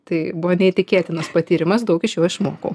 tai buvo neįtikėtinas patyrimas daug iš jo išmokau